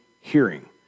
hearing